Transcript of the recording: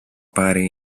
πάρει